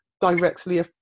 directly